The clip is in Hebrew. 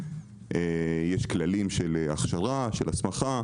יש כללים של הכשרה והסמכה.